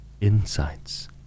insights